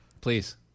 Please